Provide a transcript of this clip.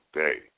day